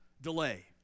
delay